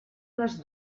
les